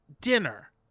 dinner